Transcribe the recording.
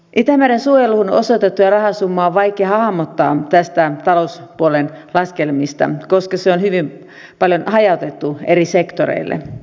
itämeren suojeluun osoitettua rahasummaa on vaikea hahmottaa näistä talouspuolen laskelmista koska se on hyvin paljon hajautettuna eri sektoreille